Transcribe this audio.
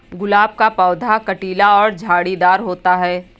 गुलाब का पौधा कटीला और झाड़ीदार होता है